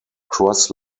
cross